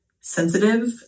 sensitive